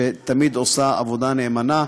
שתמיד עושה עבודה נאמנה.